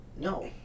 No